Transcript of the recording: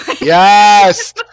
Yes